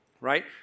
Right